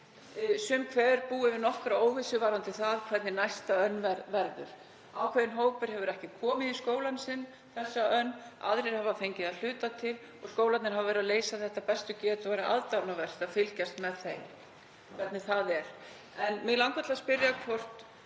sum hver búið við nokkra óvissu varðandi það hvernig næsta önn verður. Ákveðinn hópur hefur ekki komið í skólann sinn þessa önn en aðrir hafa fengið það að hluta til. Skólarnir hafa verið að leysa þetta eftir bestu getu og hefur verið aðdáunarvert að fylgjast með þeim. En mig langar til að spyrja hvort